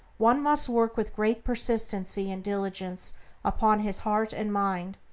one must work with great persistency and diligence upon his heart and mind,